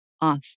off